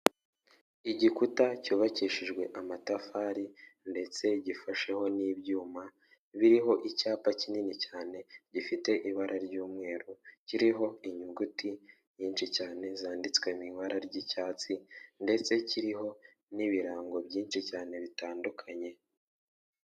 Igikuta cyubakishijwe amatafari ndetse gifasheho n'ibyuma biriho icyapa kinini cyane, gifite ibara ry'umweru kiriho inyuguti nyinshi cyane zanditswe mu ibara ry'icyatsi, ndetse kiriho n'ibirango byinshi cyane bitandukanye.